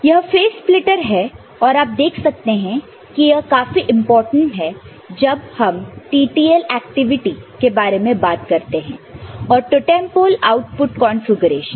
यह phase splitter है और आप देख सकते हैं कि यह काफी इंपोर्टेंट है जब हम TTL एक्टिविटी के बारे में बात करते हैं और टोटेम पोल आउटपुट कॉन्फ़िगरेशन